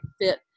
fit